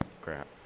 crap